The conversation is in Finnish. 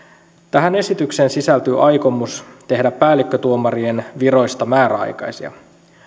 tähän esitykseen sisältyy aikomus tehdä päällikkötuomarien viroista määräaikaisia